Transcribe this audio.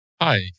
Hi